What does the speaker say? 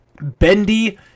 bendy